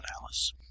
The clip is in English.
Alice